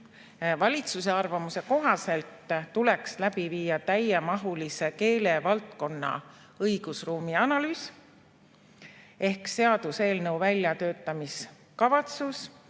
valitsuse arvamuse kohaselt tuleks läbi viia täiemahuline keelevaldkonna õigusruumi analüüs ehk [koostada] seaduseelnõu väljatöötamiskavatsus.